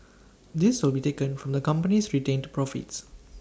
this will be taken from the company's retained profits